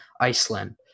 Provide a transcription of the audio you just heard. Iceland